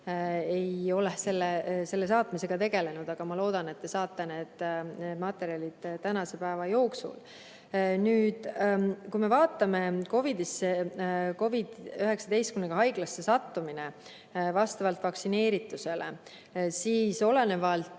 ei ole selle saatmisega tegelenud, aga ma loodan, et te saate need materjalid tänase päeva jooksul. Nüüd, kui me vaatame COVID-19-ga haiglasse sattumist vastavalt vaktsineeritusele, siis olenevalt